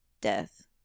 death